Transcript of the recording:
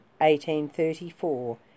1834